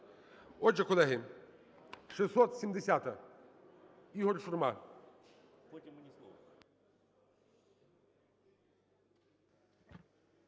Отже, колеги, 670-а, Ігор Шурма.